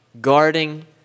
guarding